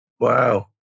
Wow